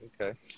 Okay